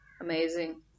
Amazing